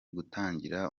gutangirira